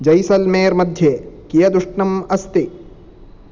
जैसल्मेर् मध्ये कियदुष्णम् अस्ति